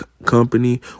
Company